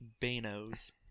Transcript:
banos